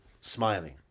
Smiling